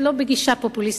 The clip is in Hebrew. בגישה פופוליסטית,